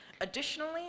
Additionally